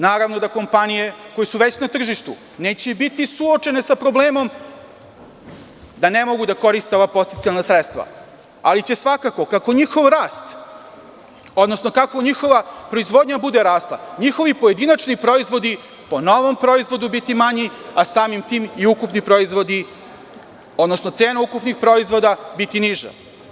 Naravno da kompanije koje su već na tržištu neće biti suočene sa problemom da ne mogu da koriste ova podsticajna sredstva ali će svakako, kako njihov rast, odnosno kako njihova proizvodnja bude rasla, njihovi pojedinačni proizvodi po novom proizvodu biti manji, a samim tim i ukupni proizvodi, odnosno cena ukupnih proizvoda biti niža.